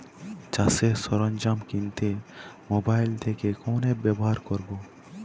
চাষের সরঞ্জাম কিনতে মোবাইল থেকে কোন অ্যাপ ব্যাবহার করব?